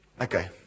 okay